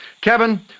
Kevin